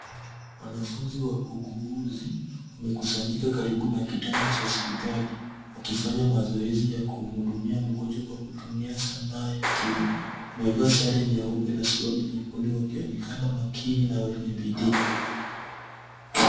Wanafunzi wauguuzi wamekusanyika karibu na kitanda cha hospitali wakifanya mazoezi ya kumhudumia mgonjwa kwa kutumia sanaa ya tiba. Wamevaa sare nyeupe na suruali nyekundu wakionekana makini na wenye bidii.